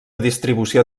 distribució